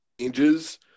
Changes